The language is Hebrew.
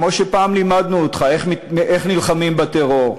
כמו שפעם לימדנו אותך איך נלחמים בטרור: